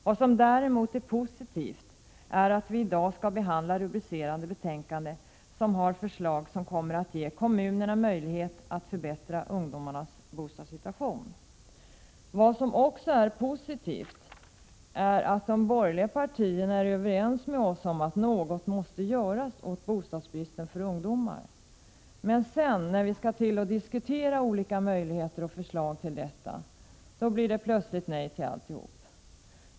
Vad som däremot är positivt är att vi i dag skall behandla ett betänkande med förslag som kommer att ge kommunerna möjlighet att förbättra ungdomarnas bostadssituation. Positivt är också att de borgerliga partierna är överens med oss om att något måste göras åt bostadsbristen för ungdomar. Men sedan, när vi skall till att diskutera olika möjligheter och förslag till detta, blir det plötsligt nej till alltihop.